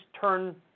turn